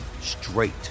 straight